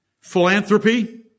philanthropy